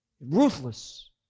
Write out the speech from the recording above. ruthless